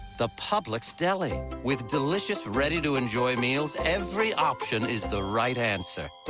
the publix deli. with delicious, ready to enjoy meals. every option is the right answer.